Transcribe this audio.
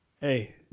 Hey